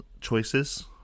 choices